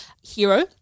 hero